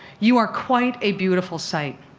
you are quite a beautiful site.